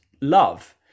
love